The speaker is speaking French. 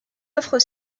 offre